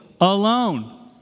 alone